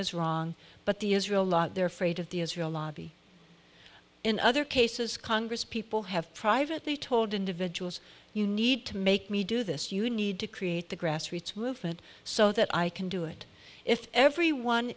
is wrong but the israel lot their fate of the israel lobby in other cases congress people have privately told individuals you need to make me do this you need to create the grassroots movement so that i can do it if everyone